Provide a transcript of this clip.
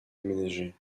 aménagé